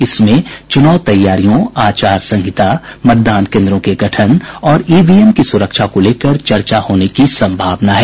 इसमें चुनाव तैयारियों आचार संहिता मतदान कोन्द्रों के गठन और ईवीएम की सुरक्षा को लेकर चर्चा होने की संभावना है